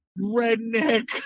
redneck